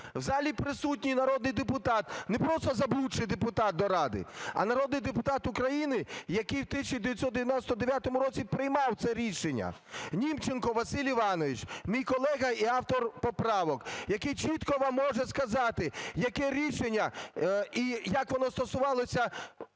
В залі присутній народний депутат, не просто заблудший депутат до Ради, а народний депутат України, який в 1999 році приймав це рішення, Німченко Василь Іванович, мій колега і автор поправок, який чітко вам може сказати, яке рішення і як воно стосувалося